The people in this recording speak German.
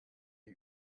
die